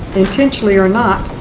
intentionally or not,